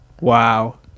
Wow